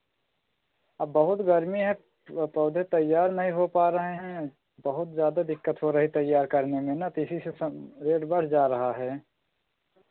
अब बहुत गर्मी है वह पौधे तैयार नहीं हो पा रहे हैं बहुत ज़्यादा दिक्कत हो रही तैयार करने में ना तो इसी से सम रेट बढ़ जा रहा है